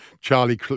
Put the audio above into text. Charlie